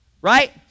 right